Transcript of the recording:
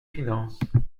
finances